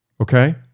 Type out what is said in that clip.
Okay